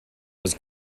was